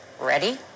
Ready